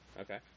Okay